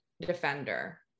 defender